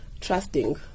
trusting